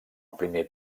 primer